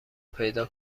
پیدا